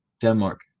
denmark